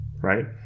right